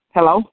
Hello